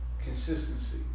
Consistency